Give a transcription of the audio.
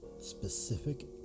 specific